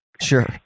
Sure